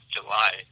July